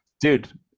dude